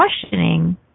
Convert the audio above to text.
questioning